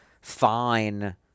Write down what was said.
fine